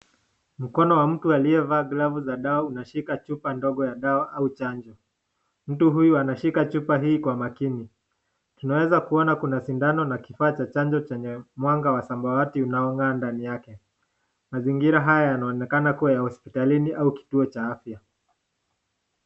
Mkono wa mtu aliyevaa glavu za dau anashika chupa ndogo ya dawa au chanjo. Mtu huyu anashika chupa hii kwa makini, tunaweza kuona kuna sindano na kifaa cha chanjo chenye mwanga wa sambawati unaogaa ndani yake. Mazingira yanaoenekana kuwa ya hospitalini au kituo cha afya.